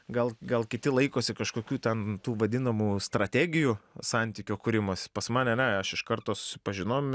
gal gal kiti laikosi kažkokių ten tų vadinamų strategijų santykio kūrimas pas mane ne aš iš karto susipažinom